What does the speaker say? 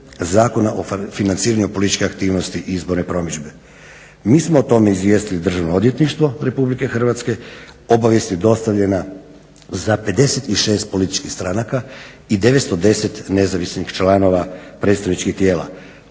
Zakona o financiranju političke aktivnosti i izborne promidžbe. Mi smo o tome izvijestili Državno odvjetništvo Republike Hrvatske. Obavijest je dostavljena za 56 političkih stranaka i 910 nezavisnih članova predstavničkih tijela.